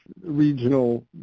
regional